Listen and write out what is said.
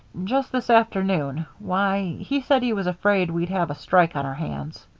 just this afternoon. why, he said he was afraid we'd have a strike on our hands.